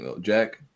Jack